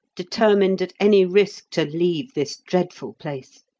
determined at any risk to leave this dreadful place.